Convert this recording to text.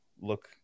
look